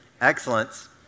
Excellence